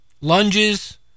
lunges